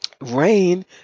Rain